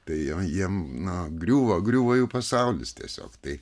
tai jiem na griuvo griuvo jų pasaulis tiesiog tai